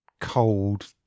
cold